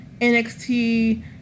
NXT